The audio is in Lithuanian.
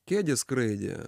kėdės skraidė